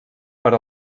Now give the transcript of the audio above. per